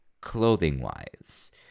clothing-wise